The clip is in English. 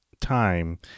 time